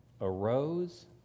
arose